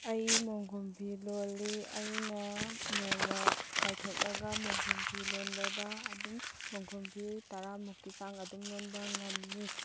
ꯑꯩ ꯃꯣꯟꯈꯨꯝ ꯐꯤ ꯂꯣꯜꯂꯤ ꯑꯩꯅ ꯅꯣꯡꯃ ꯀꯥꯏꯊꯣꯛꯂꯒ ꯃꯣꯟꯈꯨꯝ ꯐꯤ ꯂꯣꯟꯕꯗ ꯑꯗꯨꯝ ꯃꯣꯟꯈꯨꯝ ꯐꯤ ꯇꯔꯥꯃꯨꯛꯀꯤ ꯆꯥꯡ ꯑꯗꯨꯝ ꯂꯣꯟꯕ ꯡꯝꯃꯤ